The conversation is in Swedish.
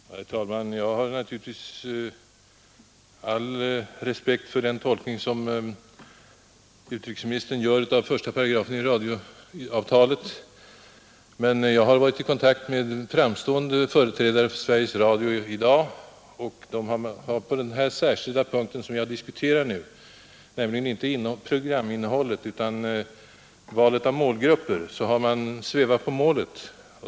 Herr talman! Jag har naturligtvis all respekt för den tolkning som utrikesministern här gjort av 18 i radioavtalet. Jag har dock varit i kontakt med framstående företrädare för Sveriges Radio rörande tolkningen av avtalet på den särskilda punkt, som jag här diskuterat, nämligen inte påverkan utifrån av programinnehållet i UTP utan av urvalet av målgrupper, och då har man något svävat på målet.